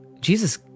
Jesus